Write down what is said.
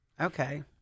okay